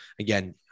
again